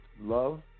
love